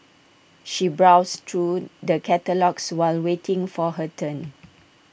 she browsed through the catalogues while waiting for her turn